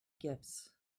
gifts